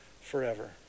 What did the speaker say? forever